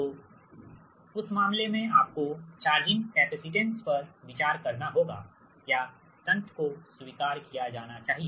तो उस मामले में आपको चार्जिंग कैपेसिटेंस पर विचार करना होगा या शंट को स्वीकार किया जाना चाहिए